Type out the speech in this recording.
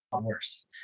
worse